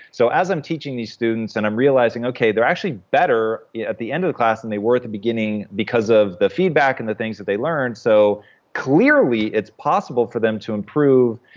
so as i'm teaching these students and i'm realizing, okay, they're actually better at the end of the class than they were at the beginning because of the feedback and the things that they learned so clearly it's possible for them to improve.